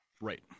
Right